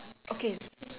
okay